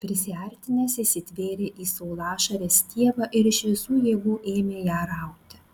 prisiartinęs įsitvėrė į saulašarės stiebą ir iš visų jėgų ėmė ją rauti